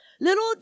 Little